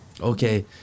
Okay